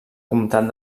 comtat